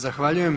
Zahvaljujem.